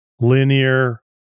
linear